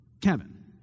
Kevin